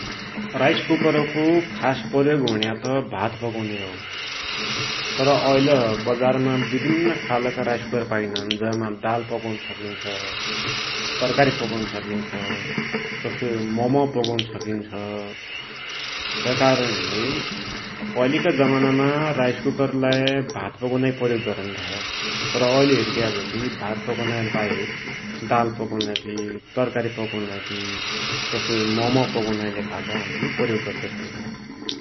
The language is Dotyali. राइसकुकारको खास प्रयोग भुण्या त भात पकुन्या हो । तर ऐल बजारमा विभिन्न खालका राइसकुकर पाइनान् । जैमा दाल पकुन सकिन्छ, तरकारी पकुन सकिन्छ, तसोइ मःम पकुन सकिन्छ, तै कारणले पैलिका जमानामा राइसकुकरलाई भात पकुनाकी प्रयोग गरुन्थ्या, तर ऐल हेरिग्या भात पकुना है बाहेक दाल पकुनाकी, तरकारी पकुनाकी, तसोइ मःम पकुनाकीलेखा लै प्रयोग गरिसक्दु ।